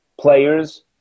players